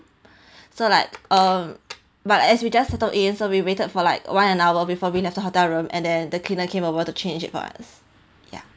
so like uh but as we just settled in so we waited for like one and hour before we left the hotel room and then the cleaner came over to change it for us ya